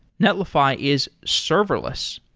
netlify is serverless.